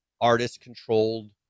artist-controlled